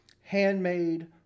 handmade